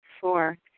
Four